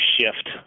shift